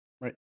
Right